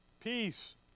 peace